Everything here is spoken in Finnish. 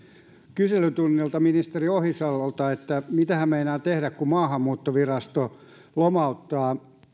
kyselytunnilla ministeri ohisalolta mitä hän meinaa tehdä kun maahanmuuttovirasto lomauttaa